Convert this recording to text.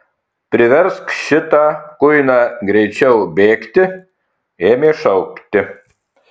priversk šitą kuiną greičiau bėgti ėmė šaukti